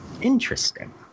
Interesting